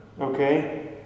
okay